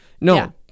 no